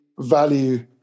value